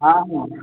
आमाम्